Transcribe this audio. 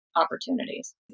Opportunities